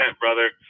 brother